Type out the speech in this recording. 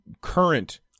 current